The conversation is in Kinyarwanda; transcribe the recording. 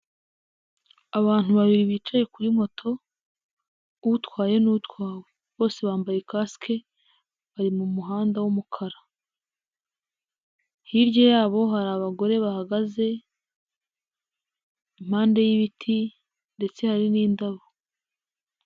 Abantu babiri bicaye kuri moto utwaye n'utwawe ,bose bambaye kasike bari mu muhanda w'umukara, hirya yabo hari abagore bahagaze impande y'ibiti ndetse hari ni indabo.